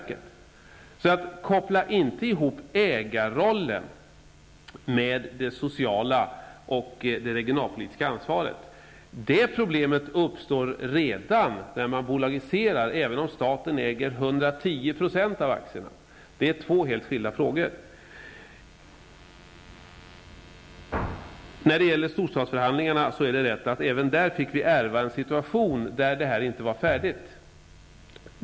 Koppla alltså inte ihop ägarrollen med det sociala och regionalpolitiska ansvaret. Det problemet uppstår redan vid bolagisering, även om staten äger 110 % av aktierna. Det är två helt skilda frågor. När det gäller storstadsförhandlingarna är det rätt att vi även här fick ärva en situation där allt inte var färdigt.